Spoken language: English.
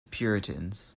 puritans